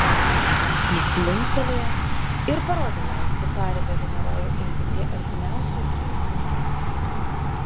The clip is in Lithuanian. jis linktelėjo ir parodė jai su paribio generolu eiti prie artimiausio įėjimo į arką